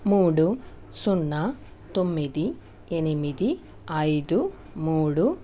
మూడు సున్నా తొమ్మిది ఎనిమిది ఐదు మూడు